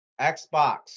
Xbox